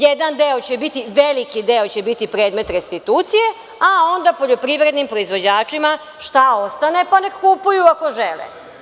Jedan deo će biti, veliki deo će biti predmet restitucije, a onda poljoprivrednim proizvođačima šta ostane, pa neka kupuju ako žele.